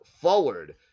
forward